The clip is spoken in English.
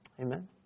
Amen